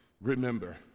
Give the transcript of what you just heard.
remember